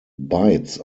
bites